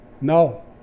no